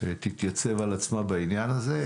תתייצב על עצמה בעניין הזה.